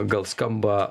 gal skamba